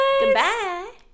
Goodbye